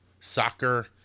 soccer